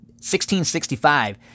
1665